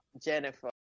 Jennifer